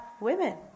Women